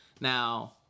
Now